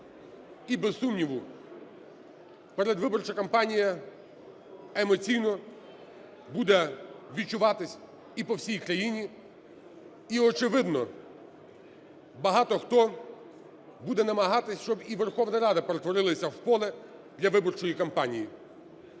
І, без сумніву, передвиборча кампанія емоційно буде відчуватися і по всій країні, і, очевидно, багато хто буде намагатися, щоб і Верховна Рада перетворилася в поле для виборчої кампанії.